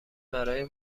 برای